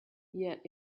yet